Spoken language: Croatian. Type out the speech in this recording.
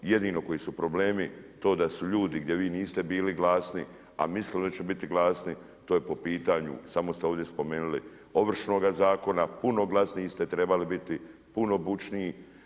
Jedino koji su problemi to da su ljudi gdje vi niste bili glasni, a mislili su da ćete biti glasni, to je pitanju, samo ste ovdje spomenuli, Ovršnoga zakona, puno glasniji ste trebali biti, puno bučniji.